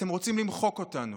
אתם רוצים למחוק אותנו,